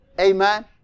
Amen